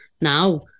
now